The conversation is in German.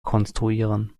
konstruieren